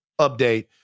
update